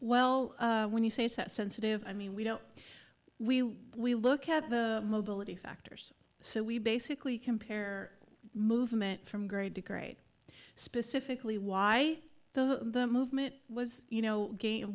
well when you say sensitive i mean we don't we we look at the mobility factors so we basically compare movement from grade to grade specifically why the movement was you know